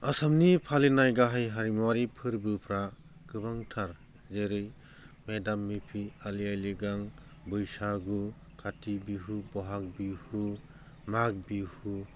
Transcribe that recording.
आसामनि फालिनाय गाहाय हारिमुवारि फोरबोफ्रा गोबांथार जेरै मेदामेफि आलि आइ लिगां बैसागु काति बिहु बहाग बिहु माग बिहु